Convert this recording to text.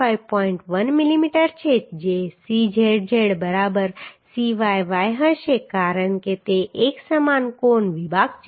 1 millimetre છે જે Czz બરાબર Cyy હશે કારણ કે તે એક સમાન કોણ વિભાગ છે